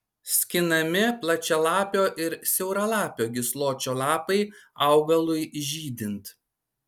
skinami plačialapio ir siauralapio gysločio lapai augalui žydint